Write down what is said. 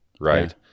Right